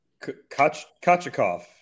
Kachikov